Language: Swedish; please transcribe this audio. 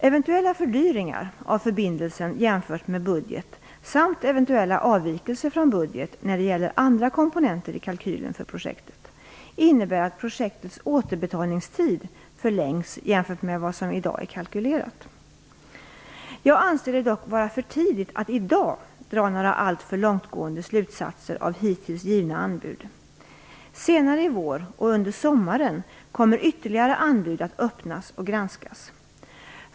Eventuella fördyringar av förbindelsen jämfört med budget samt eventuella avvikelser från budget när det gäller andra komponenter i kalkylen för projektet innebär att projektets återbetalningstid förlängs jämfört med vad som i dag är kalkylerat. Jag anser det dock vara för tidigt att i dag dra några alltför långtgående slutsatser av hittills givna anbud. Senare i vår och under sommaren kommer ytterligare anbud att öppnas och granskas.